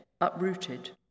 uprooted